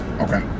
Okay